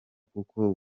kuko